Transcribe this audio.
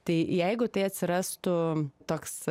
tai jeigu tai atsirastų toks